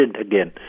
again